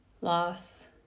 loss